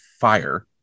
fire